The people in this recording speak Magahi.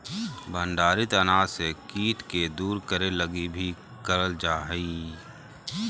भंडारित अनाज से कीट के दूर करे लगी भी करल जा हइ